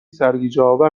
سرگیجهآور